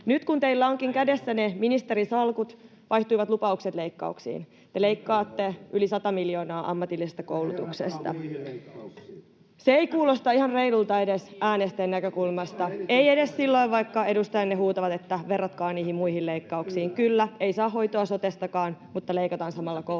Nyt kun teillä onkin kädessänne ministerinsalkut, vaihtuivat lupaukset leikkauksiin. Te leikkaatte yli sata miljoonaa ammatillisesta koulutuksesta. [Ben Zyskowicz: Verratkaa muihin leikkauksiin!] — Se ei kuulosta ihan reilulta edes äänestäjien näkökulmasta, ei edes silloin, vaikka edustajanne huutavat, että verratkaa niihin muihin leikkauksiin. Kyllä, ei saa hoitoa sotestakaan, mutta leikataan samalla koulutuksesta.